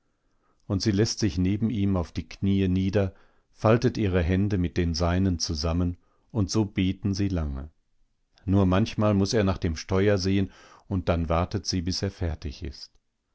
und sie läßt sich neben ihm auf die knie nieder faltet ihre hände mit den seinen zusammen und so beten sie lange nur manchmal muß er nach dem steuer sehen und dann wartet sie bis er fertig ist